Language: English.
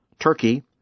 Turkey